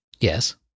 yes